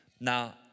Now